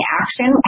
action